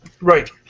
Right